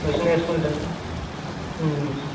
machine వేసుకుంటే మ్మ్